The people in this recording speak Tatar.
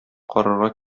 карарга